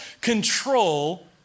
control